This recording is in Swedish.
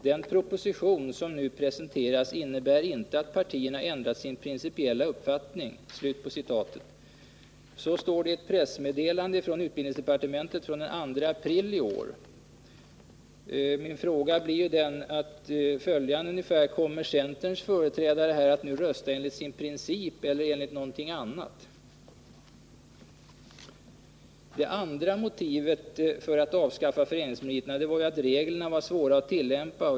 Den proposition som nu presenteras innebär inte att partierna ändrat sin principiella uppfattning.” Så står det i ett pressmeddelande från utbildningsdepartementet från den 2 april i år. Kommer centerns företrädare här i kammaren att nu rösta enligt sin princip eller enligt något annat? Det andra motivet för att avskaffa föreningsmeriterna var att reglerna var svåra att tillämpa.